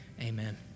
amen